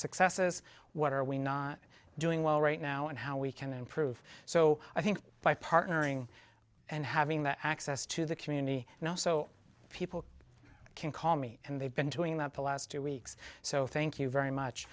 successes what are we not doing well right now and how we can improve so i think by partnering and having that access to the community now so people can call me and they've been doing that the last two weeks so thank you very much